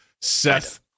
Seth